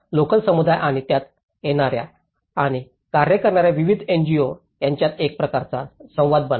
local समुदाय आणि त्यात येणार्या आणि कार्य करणार्या विविध एनजीओ यांच्यात एक प्रकारचा संवाद बना